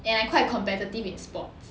and I quite competitive in sports